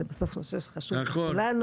זה בסוף נושא שחשוב לכולנו.